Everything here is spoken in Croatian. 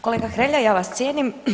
Kolega Hrelja, ja vas cijenim.